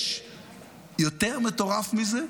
יש יותר מטורף מזה?